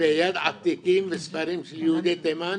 כתבי יד עתיקים וספרים של יהודי תימן.